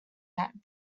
that